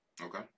okay